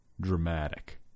dramatic